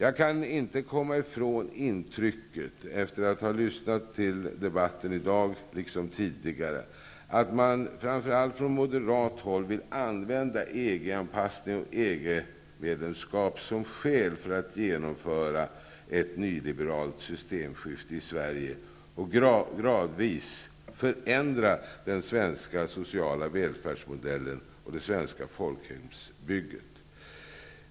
Efter att ha lyssnat till debatten i dag liksom till tidigare debatter, kan jag inte komma ifrån intrycket att man framför allt från moderat håll vill använda EG-anpassning och EG-medlemskap som skäl för att genomföra ett nyliberalt systemskifte i Sverige och gradvis förändra den svenska sociala välfärdsmodellen och det svenska folkhemsbygget.